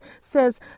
says